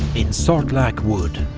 in sortlack wood,